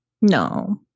No